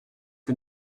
que